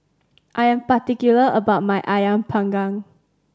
I am particular about my Ayam Panggang